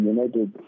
United